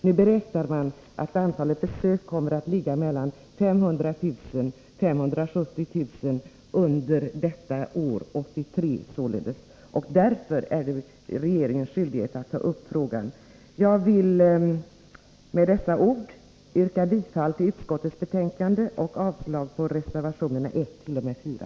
Nu beräknar man att antalet besök kommer att ligga mellan 500 000 och 570 000 under år 1983. Därför är regeringen skyldig att ta upp frågan. Jag vill med dessa ord yrka bifall till utskottets hemställan och avslag på reservationerna 1-4.